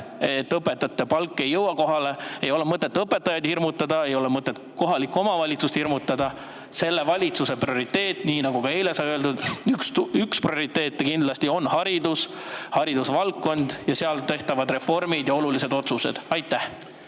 et õpetajate palk ei jõua kohale, ei ole. Pole mõtet õpetajaid hirmutada, pole mõtet kohalikke omavalitsusi hirmutada. Selle valitsuse üks prioriteete on, nii nagu ka eile sai öeldud, kindlasti haridus, haridusvaldkond, seal tehtavad reformid ja olulised otsused. Aitäh!